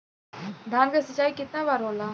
धान क सिंचाई कितना बार होला?